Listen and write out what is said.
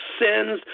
sins